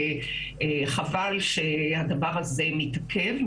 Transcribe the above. וחבל שהדבר הזה מתעכב,